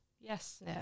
yes